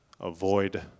avoid